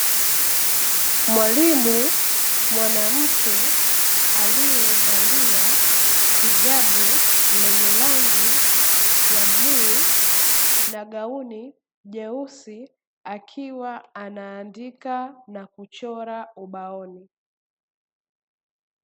Mwalimu mwanamke aliyevalia hijabu lenye rangi ya bluu na gauni jeusi, akiwa anaandika na kuchora ubaoni.